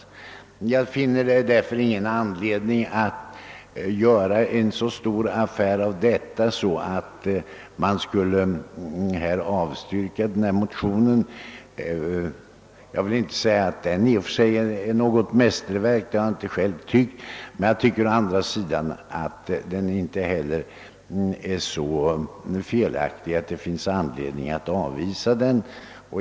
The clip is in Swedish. Jag finner därför ingen anledning att göra en så stor affär av detta, att man skulle behöva avstyrka propositionen. Jag vill inte påstå att den i och för sig är något mästerverk, det har jag inte själv tyckt, men den är å andra sidan heller inte sådan, att det finns anledning att avvisa den.